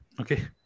okay